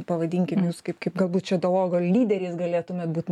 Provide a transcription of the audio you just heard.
pavadinkim jūs kaip kaip galbūt čia dialogo lyderiais galėtumėt būt